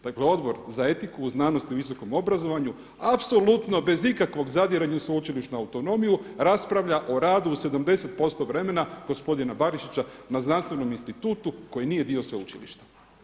Dakle, Odbor za etiku, znanost u visokom obrazovanju apsolutno bez ikakvog zadiranja u sveučilišnu autonomiju raspravlja o radu u 70% vremena gospodina Barišića na znanstvenom institutu koji nije dio sveučilišta.